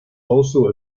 also